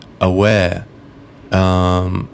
aware